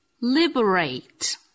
Liberate